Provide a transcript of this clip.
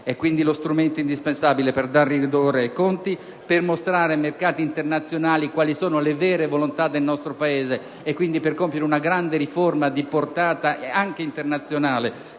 È quindi lo strumento indispensabile per ridare vigore ai conti, per mostrare ai mercati internazionali quali sono le vere volontà del nostro Paese e, quindi, per compiere una grande riforma di portata anche internazionale